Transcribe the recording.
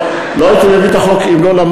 לא הייתי מביא את הצעת החוק אם לא הייתי